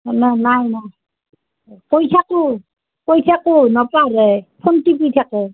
নাই নাই নাই কৈ থাকো কৈ থাকো নপঢ়েই ফোন টিপি থাকে